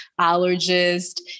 allergist